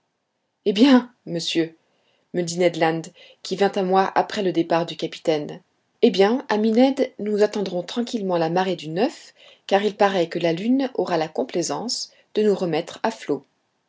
eh bien monsieur me dit ned land qui vint à moi après le départ du capitaine eh bien ami ned nous attendrons tranquillement la marée du car il paraît que la lune aura la complaisance de nous remettre à flot